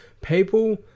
People